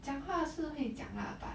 讲话是可以讲啦 but